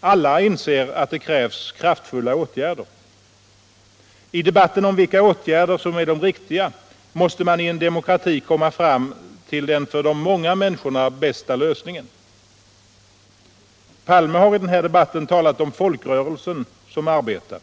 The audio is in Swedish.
Alla inser att det krävs kraftfulla åtgärder. I debatten om vilka åtgärder som är de riktiga måste man i en demokrati komma fram till den för de många människorna bästa lösningen. Olof Palme har i den här debatten talat om folkrörelsen som arbetar.